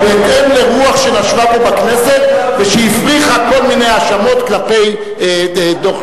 בהתאם לרוח שנשבה פה בכנסת ושהפריחה כל מיני האשמות כלפי דוח,